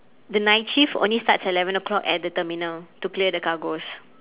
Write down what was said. the night shift only starts at eleven o'clock at the terminal to clear the cargos